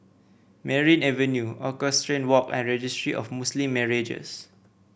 Merryn Avenue Equestrian Walk and Registry of Muslim Marriages